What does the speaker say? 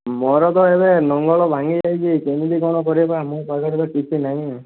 ମୋର ତ ଏବେ ଲଙ୍ଗଳ ଭାଙ୍ଗି ଯାଇଛି କେମିତି କ'ଣ କରିବା ମୋ ପାଖରେ ତ କିଛି ନାହିଁ